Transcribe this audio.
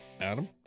Adam